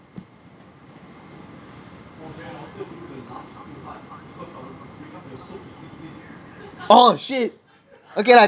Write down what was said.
oh shit okay lah